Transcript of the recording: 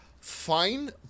fine